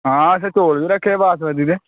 आं असें चौल बी रक्खे दे बासमती दे